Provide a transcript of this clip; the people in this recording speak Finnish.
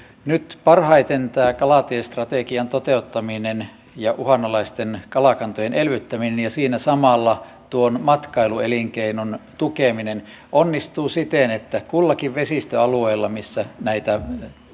nyt parhaiten tämä kalatiestrategian toteuttaminen ja uhanalaisten kalakantojen elvyttäminen ja siinä samalla matkailuelinkeinon tukeminen onnistuu siten että kullakin vesistöalueella missä näitä